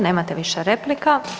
Nemate više replika.